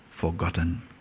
forgotten